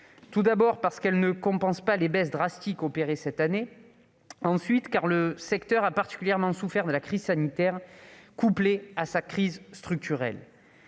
Tout d'abord, elle ne compense pas les baisses drastiques opérées cette année. Ensuite, le secteur a particulièrement souffert de la crise sanitaire, couplée à sa crise structurelle.